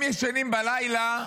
הם ישנים בלילה.